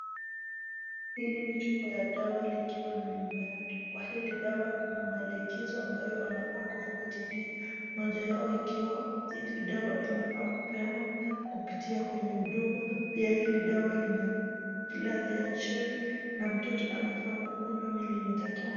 Hili ni chupa ya dawa likiwa na nyumba yake. Kwa hili dawa kuna maelekezo ambayo wanafaa kufuatilia moja yao ikiwa hili dawa inafaa kupeanwa kupitia kwenye mdomo. Pia hili dawa lina ladha ya cherry na mtoto anafaa kukunywa milimita tano.